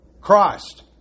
Christ